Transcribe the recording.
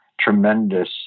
tremendous